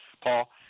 Paul